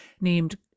named